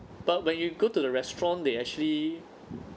but when you go to the restaurant they actually